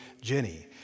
Jenny